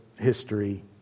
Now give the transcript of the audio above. history